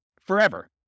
forever